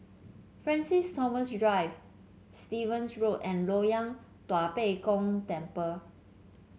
Francis Thomas Drive Stevens Road and Loyang Tua Pek Kong Temple